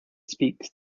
speaks